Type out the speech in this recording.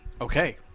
okay